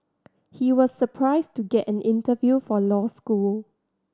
he was surprised to get an interview for law school